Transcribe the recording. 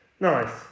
Nice